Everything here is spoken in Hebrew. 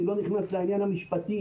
אני לא נכנס לעניין המשפטי,